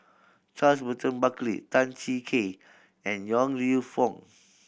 Charles Burton Buckley Tan Cheng Kee and Yong Lew Foong